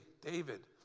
David